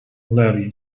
larry